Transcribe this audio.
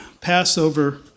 Passover